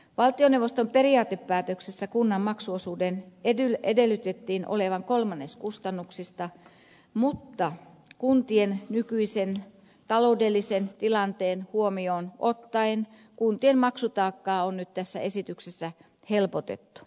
valtioneuvoston periaatepäätöksessä kunnan maksuosuuden edellytettiin olevan kolmannes kustannuksista mutta kuntien nykyisen taloudellisen tilanteen huomioon ottaen kuntien maksutaakkaa on nyt tässä esityksessä helpotettu